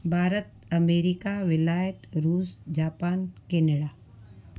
Bharat America विलायत रुस Japan Canada